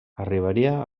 arribaria